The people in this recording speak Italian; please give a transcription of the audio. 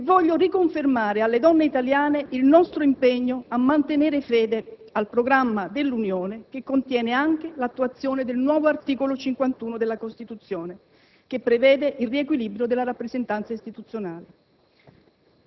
e voglio riconfermare alle donne italiane il nostro impegno a mantenere fede al programma dell'Unione, il quale contiene anche l'attuazione del nuovo articolo 51 della Costituzione, che prevede il riequilibrio della rappresentanza istituzionale.